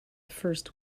first